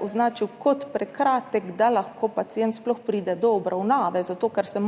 označila kot prekratek [rok], da lahko pacient sploh pride do obravnave, zato ker se